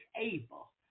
able